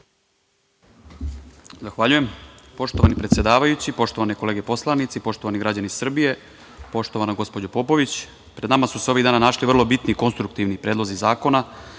Zahvaljujem. Poštovani predsedavajući, poštovane kolege poslanici, poštovani građani Srbije, poštovana gospođo Popović, pred nama su se ovih dana našli vrlo bitni i konstruktivni predlozi zakona,